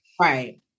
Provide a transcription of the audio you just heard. Right